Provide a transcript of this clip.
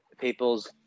people's